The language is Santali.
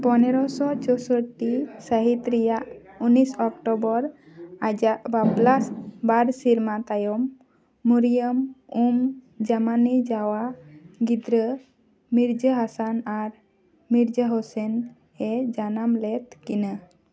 ᱯᱚᱱᱮᱨᱚᱥᱚ ᱪᱳᱥᱳᱴᱴᱤ ᱥᱟᱹᱦᱤᱛ ᱨᱮᱭᱟᱜ ᱩᱱᱤᱥ ᱚᱠᱴᱳᱵᱚᱨ ᱟᱡᱟᱜ ᱵᱟᱯᱞᱟ ᱵᱟᱨ ᱥᱮᱨᱢᱟ ᱛᱟᱭᱚᱢ ᱢᱚᱨᱤᱭᱟᱢ ᱩᱢ ᱡᱟᱢᱟᱱᱤ ᱡᱟᱣᱟ ᱜᱤᱫᱽᱨᱟᱹ ᱢᱤᱨᱡᱟᱹ ᱦᱟᱥᱟᱱ ᱟᱨ ᱢᱤᱨᱡᱟᱹ ᱦᱩᱥᱮᱱᱮ ᱡᱟᱱᱟᱢ ᱞᱮᱫ ᱠᱤᱱᱟᱹ